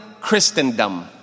Christendom